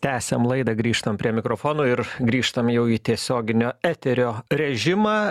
tęsiam laidą grįžtam prie mikrofono ir grįžtam jau į tiesioginio eterio režimą